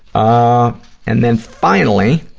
ah and then, finally,